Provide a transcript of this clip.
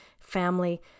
family